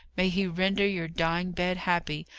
may he render your dying bed happy,